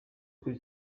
kuri